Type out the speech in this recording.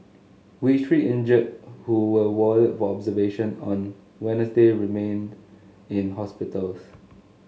we three injured who were warded for observation on Wednesday remained in hospitals